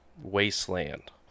wasteland